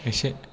एसे